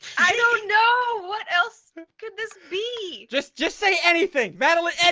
i don't know what else could this be just just say anything battle-ax and